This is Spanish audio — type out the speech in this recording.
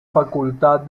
facultad